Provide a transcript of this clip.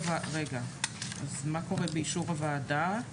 רגע, אז מה קורה באישור הוועדה?